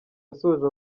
yasoje